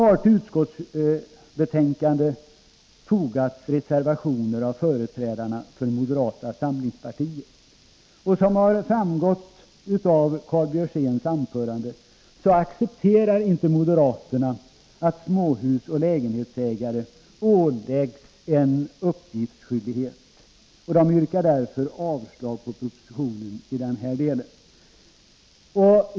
Till utskottsbetänkandet har fogats reservationer av företrädarna för moderata samlingspartiet. Som framgått av Karl Björzéns anförande accepterar inte moderaterna att småhusoch lägenhetsägare åläggs en uppgiftsskyldighet. De yrkar därför avslag på propositionen i denna del.